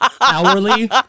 Hourly